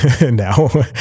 Now